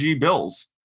Bills